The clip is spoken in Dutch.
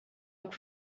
ook